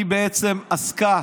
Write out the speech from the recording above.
היא בעצם עסקה